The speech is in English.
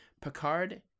Picard